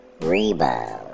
rebound